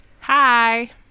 Hi